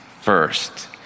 first